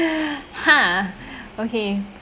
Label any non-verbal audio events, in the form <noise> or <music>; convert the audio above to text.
<breath> !huh! okay